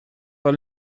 pas